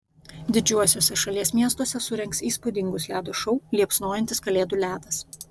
didžiuosiuose šalies miestuose surengs įspūdingus ledo šou liepsnojantis kalėdų ledas